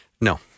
No